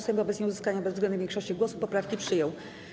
Sejm wobec nieuzyskania bezwzględnej większości głosów poprawki przyjął.